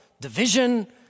division